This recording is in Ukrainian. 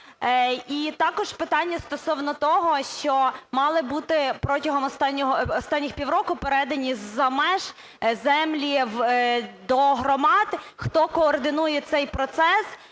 І також питання стосовно того, що мали бути протягом останніх півроку передані з-за меж землі до громад. Хто координує цей процес?